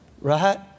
right